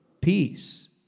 peace